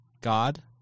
God